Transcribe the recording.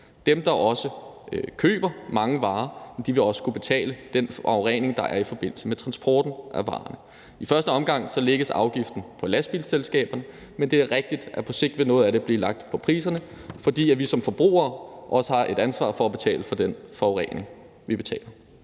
dem, der køber mange varer, vil også skulle betale den forurening, der sker i forbindelse med transporten af varerne. I første omgang lægges afgiften på lastbilselskaberne, men det er rigtigt, at på sigt vil noget af den blive lagt på priserne, fordi vi som forbrugere også har et ansvar for at betale for den forurening, vi pålægger